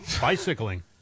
Bicycling